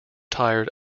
tired